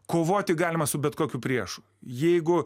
kovoti galima su bet kokiu priešu jeigu